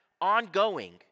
ongoing